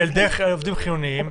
לילדי עובדים חיוניים.